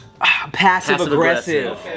passive-aggressive